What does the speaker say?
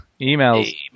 Emails